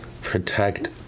protect